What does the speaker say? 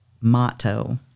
motto